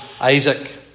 Isaac